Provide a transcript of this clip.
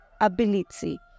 ability